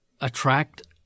attract